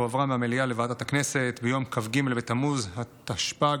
הועברה מהמליאה לוועדת הכנסת ביום כ"ג בתמוז התשפ"ג,